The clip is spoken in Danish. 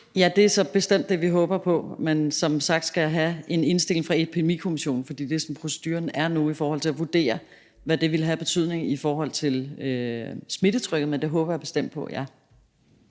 Ja, det er bestemt det, vi håber på, men som sagt skal jeg have en indstilling fra Epidemikommissionen, for det er sådan, proceduren er nu i forhold til at vurdere, hvad det vil have af betydning i forhold til smittetrykket. Men ja, det håber jeg bestemt på. Kl.